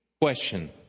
question